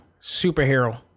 superhero